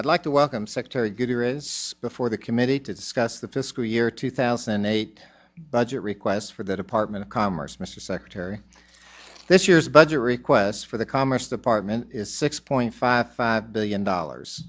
i'd like to welcome secretary get here is before the committee to discuss the fiscal year two thousand and eight budget request for the department of commerce mr secretary this year's budget request for the commerce department is six point five five billion dollars